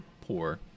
poor